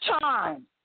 time